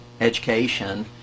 education